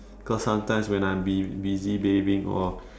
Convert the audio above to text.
because sometimes when I'm be busy bathing all